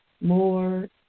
more